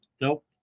nope